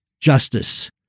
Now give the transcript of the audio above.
justice